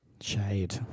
Shade